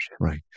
right